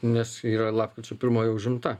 nes yra lapkričio pirmoji užimta